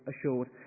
assured